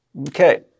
Okay